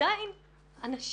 עדיין אנשים,